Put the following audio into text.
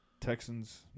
Texans